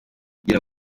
kugira